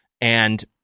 And-